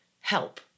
help